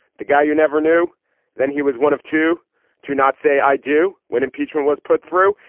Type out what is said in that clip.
the guy you never knew then he was one of two to not say i do when impeachment was put through.